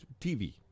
TV